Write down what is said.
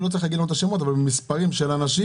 לא צריך להגיד לנו את השמות, אבל מספרים של אנשים,